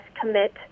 commit